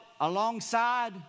alongside